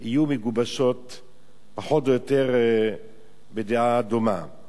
יהיו מגובשות פחות או יותר בדעה דומה.